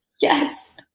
Yes